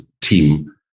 team